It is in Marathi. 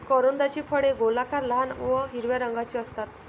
करोंदाची फळे गोलाकार, लहान व हिरव्या रंगाची असतात